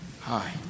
Hi